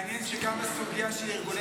אנו חושבים שזהו הפתרון.